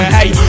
Hey